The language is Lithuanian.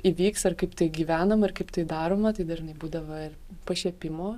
įvyks ar kaip tai gyvenama ir kaip tai daroma tai dažnai būdavo ir pašiepimo